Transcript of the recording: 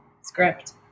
script